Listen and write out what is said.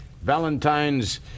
Valentine's